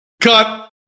Cut